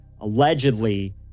Allegedly